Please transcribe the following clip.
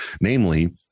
namely